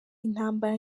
intambara